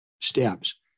steps